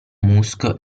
musk